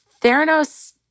Theranos